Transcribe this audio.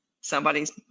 Somebody's